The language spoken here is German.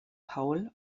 paul